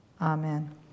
Amen